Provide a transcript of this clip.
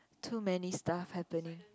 too many stuff happening